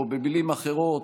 או במילים אחרות: